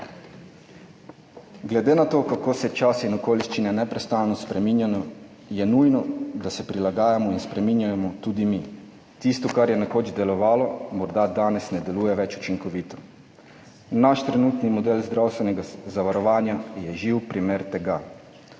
Glede na to, kako se časi in okoliščine neprestano spreminjajo, je nujno, da se prilagajamo in spreminjamo tudi mi. Tisto, kar je nekoč delovalo, morda danes ne deluje več učinkovito. Naš trenutni model zdravstvenega zavarovanja je živ primer tega.